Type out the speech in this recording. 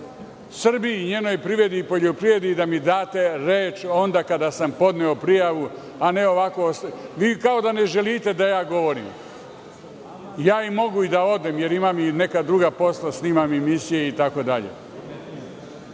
Srbiji i njenoj privredi i poljoprivredi, da mi date reč onda kada sam podneo prijavu, a ne ovako. Vi kao da ne želite da ja govorim. Ja mogu i da odem, jer imam i neka druga posla, snimam emisije itd.